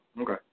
okay